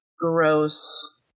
Gross